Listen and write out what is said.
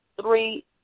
three